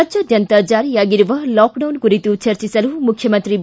ರಾಜ್ಯಾದ್ಯಂತ ಜಾರಿಯಾಗಿರುವ ಲಾಕ್ಡೌನ್ ಕುರಿತು ಚರ್ಚಿಸಲು ಮುಖ್ಯಮಂತ್ರಿ ಬಿ